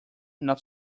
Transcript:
not